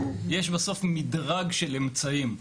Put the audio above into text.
יש בסוף מדרג של אמצעים,